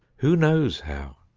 who knows how.